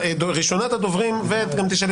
זו רוויזיה שאני הגשתי, ויתרתי על